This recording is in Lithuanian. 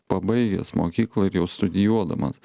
pabaigęs mokyklą ir jau studijuodamas